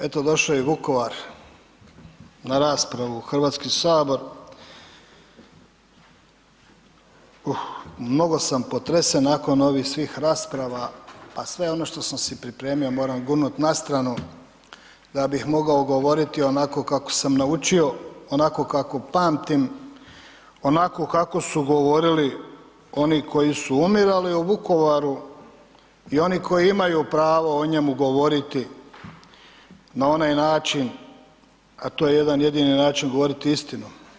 Eto došao je i Vukovar na raspravu u Hrvatski sabor, uh mnogo sam potresen nakon ovih svih rasprava pa sve ono što sam si pripremio moram gurnut na stranu da bih mogao govoriti onako kako sam naučio, onako kako pamtim, onako kako su govorili oni koji su umirali u Vukovaru i oni koji imaju pravo o njemu govoriti na onaj način, a to je jedan jedini način govoriti istinu.